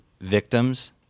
victims